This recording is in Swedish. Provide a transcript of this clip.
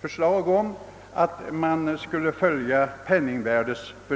förslag om att lånebeloppen skulle följa penningvärdet.